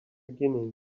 beginning